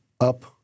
up